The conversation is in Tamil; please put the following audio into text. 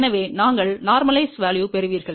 எனவே நீங்கள் இயல்பாக்கம் மதிப்பை பெறுவீர்கள்